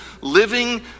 living